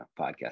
podcast